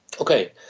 Okay